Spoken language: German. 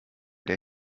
der